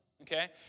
okay